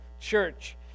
church